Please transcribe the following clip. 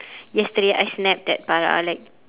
yesterday I snapped at farah like